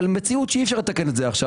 אבל המציאות היא שאי אפשר לתקן את זה עכשיו.